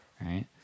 Right